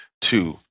Two